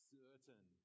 certain